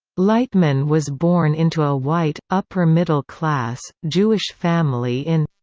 lightman was born into a white, upper-middle-class, jewish family in